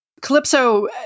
Calypso